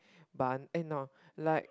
bun eh no like